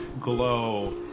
glow